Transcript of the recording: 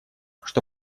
что